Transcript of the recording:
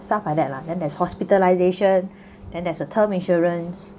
stuff like that lah then there's hospitalization then there is a term insurance